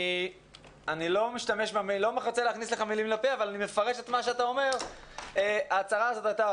אני מפרש את מה שאתה אומר שההצהרה הייתה